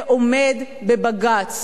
זה עומד בבג"ץ,